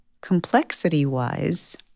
complexity-wise